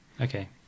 Okay